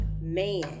man